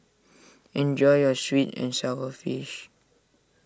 enjoy your Sweet and Sour Fish